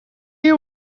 you